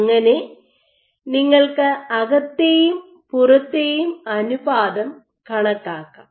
അങ്ങനെ നിങ്ങൾക്ക് അകത്തെയും പുറത്തെയും അനുപാതം കണക്കാക്കാം